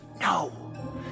No